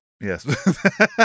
Yes